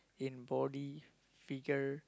in body figure